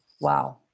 wow